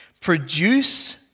Produce